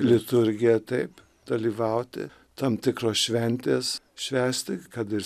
liturgija taip dalyvauti tam tikros šventės švęsti kad ir